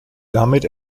damit